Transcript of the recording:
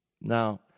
Now